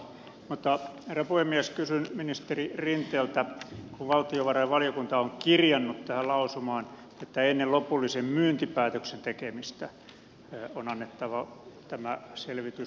mutta herra puhemies kysyn ministeri rinteeltä kun valtiovarainvaliokunta on kirjannut tähän lausumaan että ennen lopullisen myyntipäätöksen tekemistä on annettava tämä selvitys